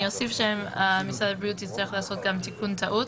אני אוסיף שמשרד הבריאות יצטרך לעשות גם תיקון טעות,